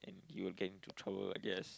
and you will get into trouble I guess